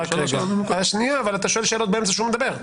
אתה שואל שאלות באמצע שהוא מדבר,